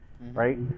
right